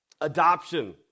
Adoption